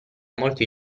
molti